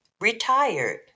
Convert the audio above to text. retired